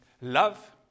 love